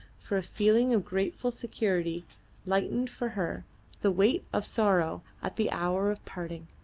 for a feeling of grateful security lightened for her the weight of sorrow at the hour of parting.